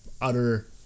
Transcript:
utter